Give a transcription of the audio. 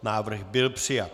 Návrh byl přijat.